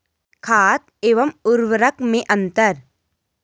खाद एवं उर्वरक में अंतर?